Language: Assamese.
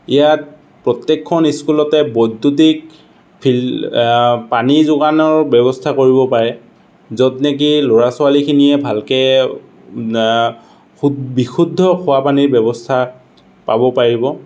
ইয়াত প্ৰত্যেকখন স্কুলতে বৈদ্যুতিক ফিল পানী যোগানৰ ব্যৱস্থা কৰিব পাৰে য'ত নেকি ল'ৰা ছোৱালীখিনিয়ে ভালকৈ শু বিশুদ্ধ খোৱা পানীৰ ব্যৱস্থা পাব পাৰিব